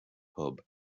hub